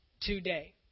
today